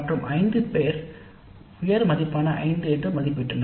மற்றும் ஐந்து பேர் உயர் மதிப்பை 5 என மதிப்பிட்டனர்